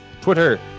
twitter